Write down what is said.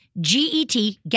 G-E-T